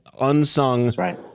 unsung